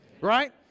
Right